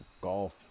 golf